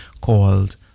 called